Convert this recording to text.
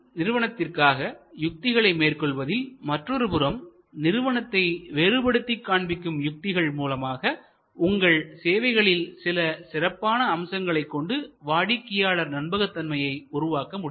நிறுவனத்திற்கான யுத்திகளை மேற்கொள்வதில் மற்றொருபுறம் நிறுவனத்தை வேறுபடுத்திக் காண்பிக்கும் யுத்திகள் differentiation strategy மூலமாக உங்கள் சேவைகளில் சில சிறப்பான அம்சங்களைக் கொண்டு வாடிக்கையாளர் நம்பகத்தன்மையை உருவாக்க முடியும்